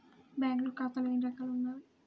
బ్యాంక్లో ఖాతాలు ఎన్ని రకాలు ఉన్నావి?